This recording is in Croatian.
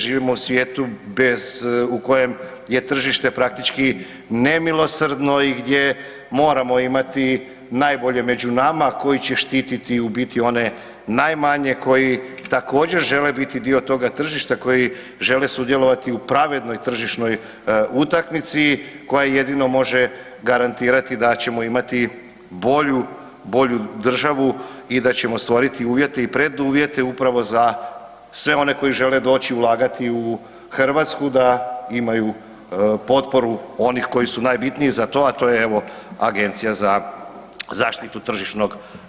Živimo u svijetu bez u kojem je tržište praktički nemilosrdno i gdje moramo imati najbolje među nama koji će štititi u biti one najmanje koji također žele biti dio toga tržišta koji žele sudjelovati u pravednoj tržišnoj utakmici koja jedino može garantirati da ćemo imati bolju, bolju državu i da ćemo stvoriti uvjete i preduvjete upravo za sve one koji žele doći ulagati u Hrvatsku da imaju potporu onih koji su najbitniji za to, a to je evo Agencija za zaštitu tržišnog natjecanja.